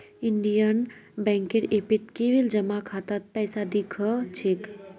Indian बैंकेर ऐपत केवल जमा खातात पैसा दि ख छेक